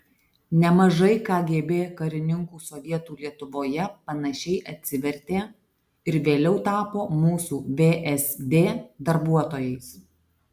nemažai kgb karininkų sovietų lietuvoje panašiai atsivertė ir vėliau tapo mūsų vsd darbuotojais